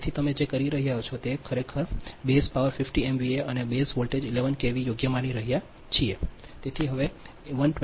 તેથી તમે જે કરી રહ્યા છો તે છે કે અમે ખરેખર બેઝ પાવર 50 એમવીએ અને બેઝ વોલ્ટેજ 11 કેવી યોગ્ય માની રહ્યા છીએ